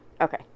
Okay